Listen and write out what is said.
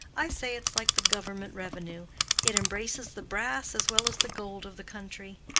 i say it's like the government revenue it embraces the brass as well as the gold of the country.